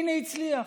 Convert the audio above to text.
הינה, הצליח,